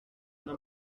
una